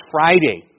Friday